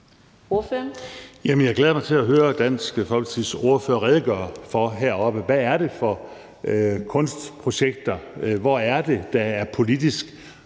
jeg glæder mig til at høre Dansk Folkepartis ordfører redegøre for heroppe, hvad for nogle kunstprojekter det handler om, og hvor der er politisk